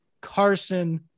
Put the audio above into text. carson